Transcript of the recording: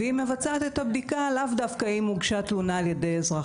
והיא מבצעת את הבדיקה לאו דווקא אם הוגשה תלונה על ידי אזרח,